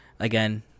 Again